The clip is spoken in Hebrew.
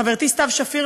חברתי סתיו שפיר,